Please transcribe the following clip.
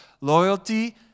Loyalty